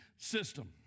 System